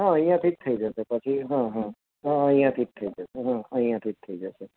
હં અહીંયાંથી જ થઈ જશે પછી હં હં હં અહીંયાથી જ થઈ જશે હા અહીંયાથી જ થઈ જશે